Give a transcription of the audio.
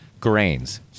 Grains